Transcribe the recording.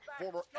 former